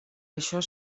això